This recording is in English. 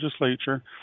legislature